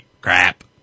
crap